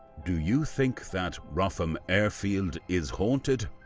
do you think that rougham airfield is haunted?